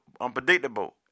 unpredictable